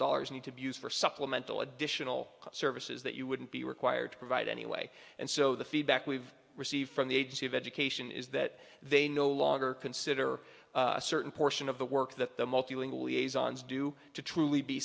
dollars need to be used for supplemental additional services that you wouldn't be required to provide anyway and so the feedback we've received from the agency of education is that they no longer consider a certain portion of the work that the multilingual liaison's do to truly be